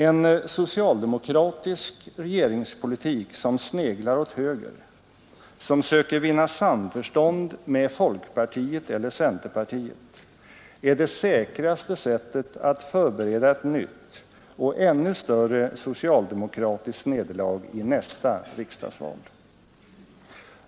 En socialdemokratisk regeringspolitik som sneglar åt höger, som söker vinna samförstånd med folkpartiet eller centerpartiet, är det säkraste sättet att förbereda ett nytt och ännu större socialdemokratiskt nederlag i nästa riksdagsval.